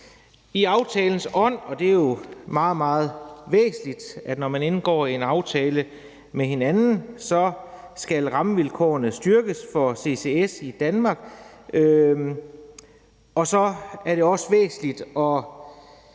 I aftalens ånd – og det er jo meget, meget væsentligt, at når man indgår en aftale med hinanden, skal rammevilkårene for ccs i Danmark styrkes, og så er det også væsentligt at